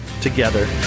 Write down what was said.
together